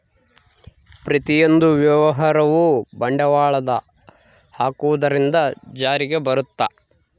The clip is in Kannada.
ಪ್ರತಿಯೊಂದು ವ್ಯವಹಾರವು ಬಂಡವಾಳದ ಹಾಕುವುದರಿಂದ ಜಾರಿಗೆ ಬರುತ್ತ